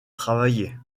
travailler